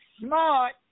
smart